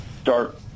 start